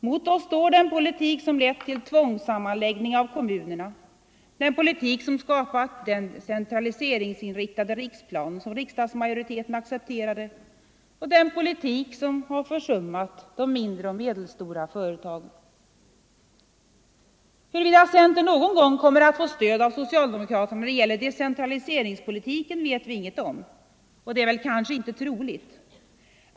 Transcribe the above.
Mot oss står den politik som lett till tvångssammanläggning av kommunerna, den politik som skapat den centraliseringsinriktade riksplan som riksdagsmajoriteten accepterat och den politik som har försummat de mindre och medelstora företagen. Huruvida centern någon gång kommer att få stöd av socialdemokraterna när det gäller decentraliseringspolitiken vet vi inget om. Det är väl inte troligt.